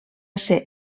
ser